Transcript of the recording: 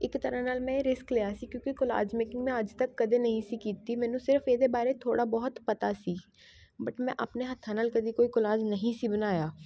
ਇੱਕ ਤਰ੍ਹਾਂ ਨਾਲ ਮੈਂ ਇਹ ਰਿਸਕ ਲਿਆ ਸੀ ਕਿਉਂਕਿ ਕੌਲਾਜ ਮੇਕਿੰਗ ਮੈਂ ਅੱਜ ਤੱਕ ਕਦੇ ਨਹੀਂ ਸੀ ਕੀਤੀ ਮੈਨੂੰ ਸਿਰਫ਼ ਇਹ ਦੇ ਬਾਰੇ ਥੋੜ੍ਹਾ ਬਹੁਤ ਪਤਾ ਸੀ ਬਟ ਮੈਂ ਆਪਣੇ ਹੱਥਾਂ ਨਾਲ ਕਦੀ ਕੋਈ ਕੌਲਾਜ਼ ਨਹੀਂ ਸੀ ਬਣਾਇਆ